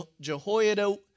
Jehoiada